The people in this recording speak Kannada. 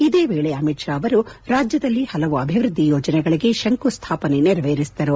ಇದೇ ವೇಳೆ ಅಮಿತ್ ಶಾ ಅವರು ರಾಜ್ಯದಲ್ಲಿ ಹಲವು ಅಭಿವೃದ್ದಿ ಯೋಜನೆಗಳಿಗೆ ಶಂಕುಸ್ಥಾಪನೆ ನೆರವೇರಿಸಿದರು